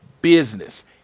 business